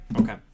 Okay